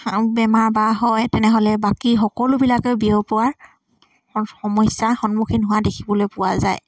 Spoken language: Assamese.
বেমাৰ বা হয় তেনেহ'লে বাকী সকলোবিলাকে বিয়পুৱাৰ সমস্যাৰ সন্মুখীন হোৱা দেখিবলৈ পোৱা যায়